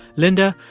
linda,